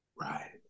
Right